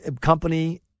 company